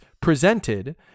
presented